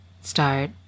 Start